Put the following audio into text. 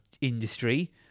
industry